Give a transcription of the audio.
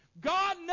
God